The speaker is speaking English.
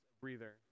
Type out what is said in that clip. breather